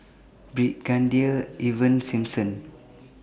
Brigadier Ivan Simson